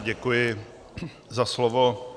Děkuji za slovo.